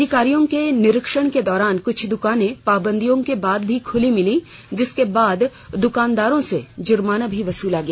अधिकारियों के निरीक्षण के दौरान कुछ दुकानें पाबंदियों के बाद भी खुली मिलीं जिसके बाद दुकानदारों से जुर्माना भी वसूला गया